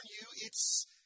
you—it's